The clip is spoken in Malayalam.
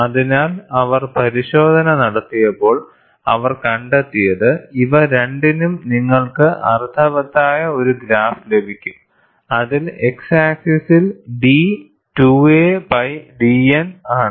അതിനാൽ അവർ പരിശോധന നടത്തിയപ്പോൾ അവർ കണ്ടെത്തിയത് ഇവ രണ്ടിനും നിങ്ങൾക്ക് അർത്ഥവത്തായ ഒരു ഗ്രാഫ് ലഭിക്കും അതിൽ x ആക്സിസ്സിൽ d ബൈ dN ആണ്